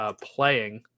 playing